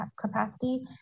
capacity